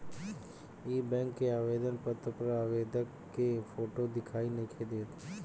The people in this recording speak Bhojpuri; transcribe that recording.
इ बैक के आवेदन पत्र पर आवेदक के फोटो दिखाई नइखे देत